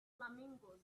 flamingos